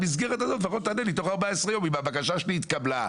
במסגרת הזאת תענה לי תוך 14 ימים אם הבקשה שלי התקבלה,